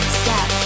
step